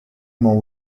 more